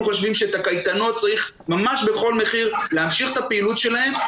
אנחנו חושבים שאת הקייטנות צריך בכל מחיר להמשיך את הפעילות שלהם,